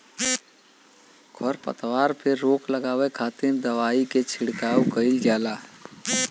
खरपतवार पे रोक लगावे खातिर दवाई के छिड़काव कईल जाला